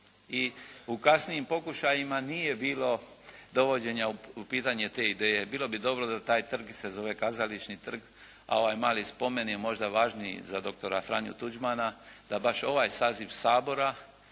I u kasnijim pokušajima nije bilo dovođenja u pitanje te ideje. Bilo bi dobro da taj trg se zove "Kazališni trg", a ovaj mali spomen je možda važniji za doktora Franju Tuđmana da baš ovaj saziv Sabora